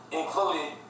included